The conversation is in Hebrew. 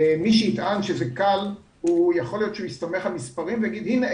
מי שיטען שזה קל יכול להיות שהוא יסתמך על מספרים ויגיד: הנה,